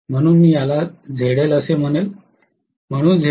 म्हणून मी याला Zl असे म्हटले असेल